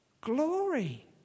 glory